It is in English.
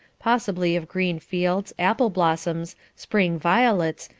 possibly of green fields, apple-blossoms, spring violets,